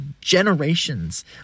generations